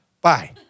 Bye